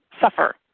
suffer